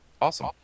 Awesome